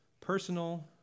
personal